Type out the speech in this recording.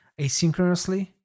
asynchronously